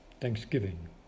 Thanksgiving